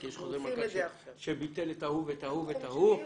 כי יש חוזר מנכ"ל שביטל את ההוא ואת ההוא ואת ההוא